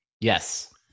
Yes